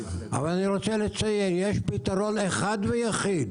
אבל אני רוצה לציין: יש פתרון אחד ויחיד